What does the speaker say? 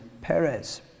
Perez